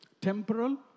temporal